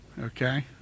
Okay